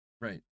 Right